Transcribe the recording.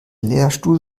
lehrstuhl